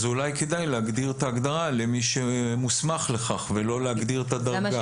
אולי כדאי להגדיר את ההגדרה למי שמוסמך לכך ולא להגדיר את הדרגה.